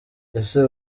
ese